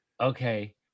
okay